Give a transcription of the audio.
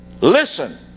Listen